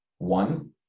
One